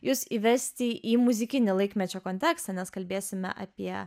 jus įvesti į muzikinį laikmečio kontekstą nes kalbėsime apie